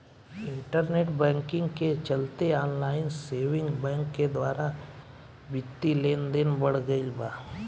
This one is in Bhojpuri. इंटरनेट बैंकिंग के चलते ऑनलाइन सेविंग बैंक के द्वारा बित्तीय लेनदेन बढ़ गईल बा